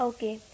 Okay